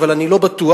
אבל אני לא בטוח,